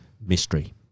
mystery